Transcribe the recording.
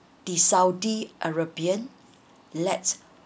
the saudi arabian let's